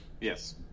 yes